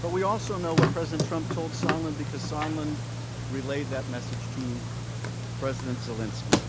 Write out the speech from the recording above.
but we also know what president trump told sondland because he relayed that message to president zelensky